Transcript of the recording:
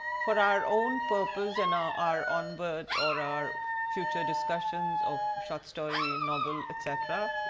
for our own purpose and our our onward or our future discussion of short story and novel etcetera,